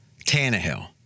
Tannehill